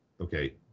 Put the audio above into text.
Okay